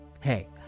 Hey